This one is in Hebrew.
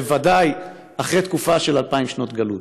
בוודאי אחרי תקופה של אלפיים שנות גלות.